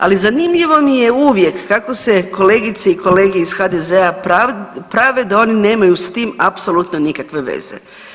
Ali zanimljivo mi je uvijek kako se kolegice i kolege iz HDZ-a prave da oni nemaju s tim apsolutno nikakve veze.